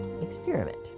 Experiment